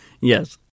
Yes